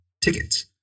tickets